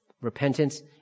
Repentance